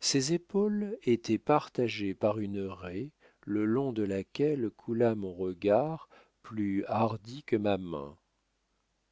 ces épaules étaient partagées par une raie le long de laquelle coula mon regard plus hardi que ma main